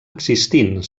existint